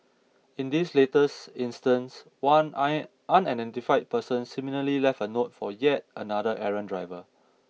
in this latest instance one unidentified person similarly left a note for yet another errant driver